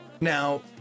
Now